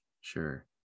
Sure